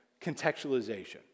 contextualization